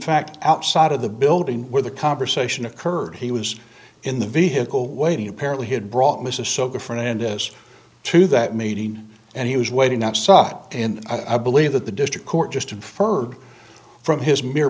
fact outside of the building where the conversation occurred he was in the vehicle waiting apparently he had brought mrs saw the front end as to that meeting and he was waiting outside and i believe that the district court just inferred from his mere